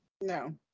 No